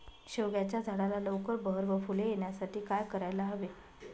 शेवग्याच्या झाडाला लवकर बहर व फूले येण्यासाठी काय करायला हवे?